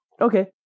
okay